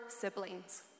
siblings